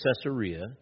Caesarea